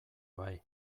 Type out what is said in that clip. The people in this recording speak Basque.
bai